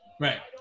Right